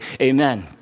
amen